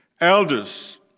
elders